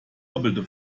doppelte